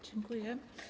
Dziękuję.